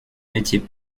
métiers